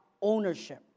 ownership